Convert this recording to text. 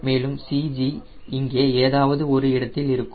மேலும் CG இங்கே ஏதாவது ஒரு இடத்தில் இருக்கும்